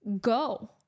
go